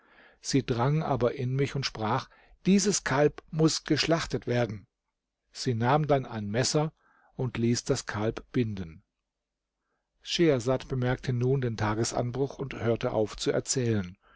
sie drang aber in mich und sprach dieses kalb muß geschlachtet werden sie nahm dann ein messer und ließ das kalb binden schehersad bemerkte nun den tagesanbruch und hörte auf zu erzählen